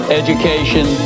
education